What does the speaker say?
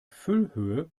füllhöhe